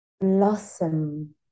Blossom